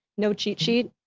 no cheat sheet?